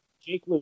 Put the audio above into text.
Jake